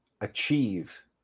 achieve